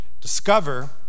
Discover